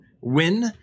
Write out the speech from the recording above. win